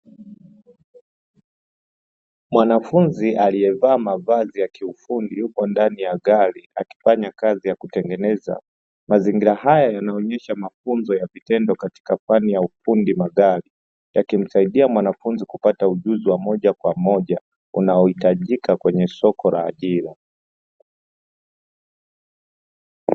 Mwanafunzi aliyevaa mavazi ya kiufundi yupo ndani ya gari akifanya kazi ya kutengeneza, mazingira haya yanaonyesha mafunzo ya vitendo katika fani ya ufundi magari, yakimsaidia mwanafunzi kupata ujuzi wa moja kwa moja unaohitajika kwenye soko la ajira.